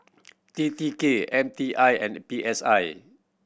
T T K M T I and P S I